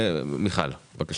מיכל שיר, בבקשה